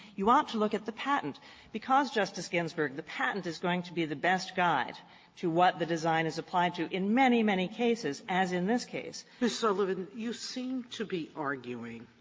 you ought to look at the patent because, justice ginsburg, the patent is going to be the best guide to what the design is applied to in many, many cases, as in this case. sotomayor ms. sullivan, you seem to be arguing,